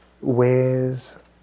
ways